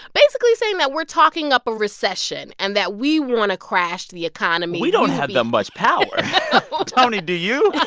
basically saying that we're talking up a recession and that we want to crash the economy we don't have that much power tony, do you?